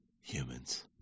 humans